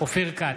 אופיר כץ,